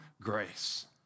grace